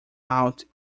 out